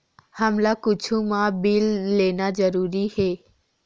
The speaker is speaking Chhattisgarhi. हमला कुछु मा बिल लेना जरूरी हे?